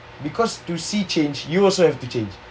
because to see change you also have to change